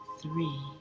three